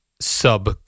Sub